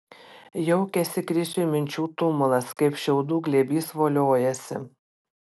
jaukiasi krisiui minčių tumulas kaip šiaudų glėbys voliojasi